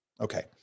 Okay